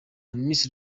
miss